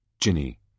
Ginny